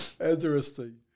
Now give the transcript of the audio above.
Interesting